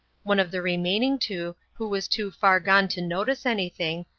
one of the remaining two, who was too far gone to notice anything,